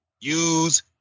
use